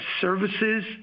services